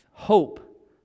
hope